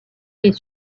est